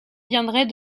viendrait